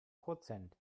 prozent